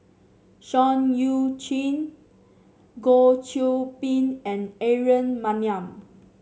Seah Eu Chin Goh Qiu Bin and Aaron Maniam